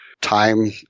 time